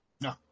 no